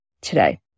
today